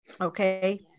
Okay